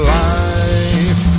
life